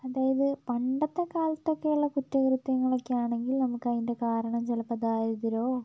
അതായത് പണ്ടത്തെക്കാലത്തൊക്കെയുള്ള കുറ്റകൃത്യങ്ങളൊക്കെ ആണെങ്കിൽ നമുക്കത്തിൻ്റെ കാരണം ചിലപ്പോൾ ദാരിദ്രോ